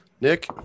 Nick